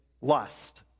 lust